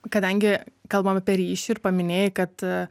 kadangi kalbam apie ryšį ir paminėjai kad